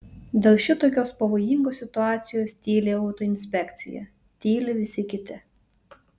dėl šitokios pavojingos situacijos tyli autoinspekcija tyli visi kiti